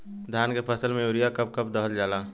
धान के फसल में यूरिया कब कब दहल जाला?